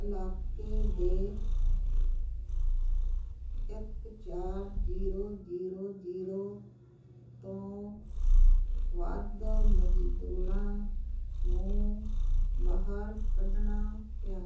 ਇਲਾਕੇ ਦੇ ਇੱਕ ਚਾਰ ਜੀਰੋ ਜੀਰੋ ਜੀਰੋ ਤੋਂ ਵੱਧ ਮਜ਼ਦੂਰਾਂ ਨੂੰ ਬਾਹਰ ਕੱਢਣਾ ਪਿਆ